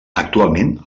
actualment